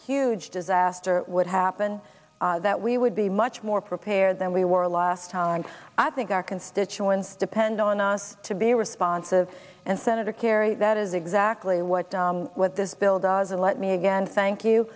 huge disaster would happen that we would be much more prepared than we were last time i think our constituents depend on us to be responsive and senator kerry that is exactly what what this bill does and let me again thank you